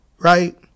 right